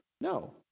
No